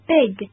Big